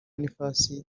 boniface